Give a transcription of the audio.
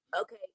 Okay